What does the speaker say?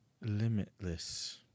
limitless